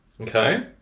Okay